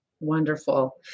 Wonderful